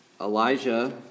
Elijah